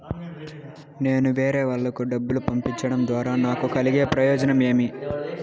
నేను వేరేవాళ్లకు డబ్బులు పంపించడం ద్వారా నాకు కలిగే ప్రయోజనం ఏమి?